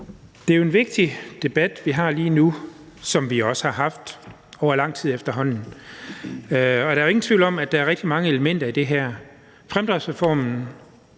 Det er jo en vigtig debat, vi har lige nu, som vi også har haft over lang tid efterhånden, og der er ikke nogen tvivl om, at der er rigtig mange elementer i det her. Fremdriftsreformen